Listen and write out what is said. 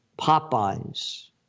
Popeye's